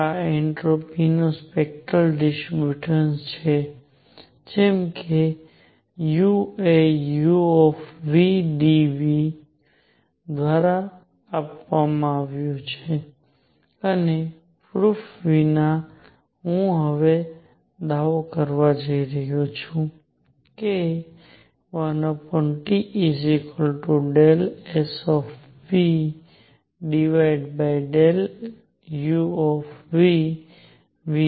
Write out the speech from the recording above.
આ એન્ટ્રોપીનું spectral distribution છે જેમ કે U એ udν દ્વારા આપવામાં આવ્યું છે અને પ્રૂફ વિના હું હવે દાવો કરવા જઈ રહ્યો છું કે 1T∂sν∂uνV